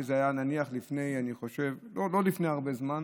שזה היה לא לפני הרבה זמן,